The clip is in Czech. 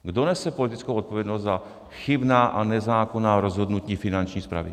Kdo nese politickou zodpovědnost za chybná a nezákonná rozhodnutí Finanční správy?